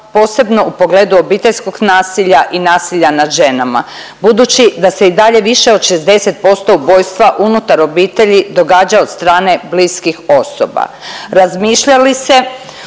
posebno u pogledu obiteljskog nasilja i nasilja nad ženama budući da se i dalje više od 60% ubojstva unutar obitelji događa od strane bliskih osoba. Razmišlja li se